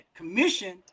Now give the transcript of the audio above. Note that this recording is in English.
commission